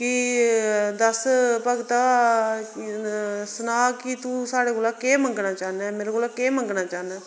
कि दस्स भक्ता सना की तूं स्हाड़े कोला केह् मंग्गना चाहन्नां मेरे कोला केह् मंग्गना चाहन्नां